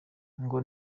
ngo